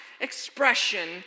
expression